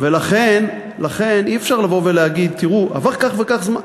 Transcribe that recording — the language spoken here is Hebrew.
ולכן אי-אפשר לבוא ולהגיד: תראו, עבר כך וכך זמן.